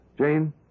Jane